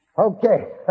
Okay